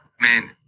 Man